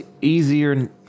easier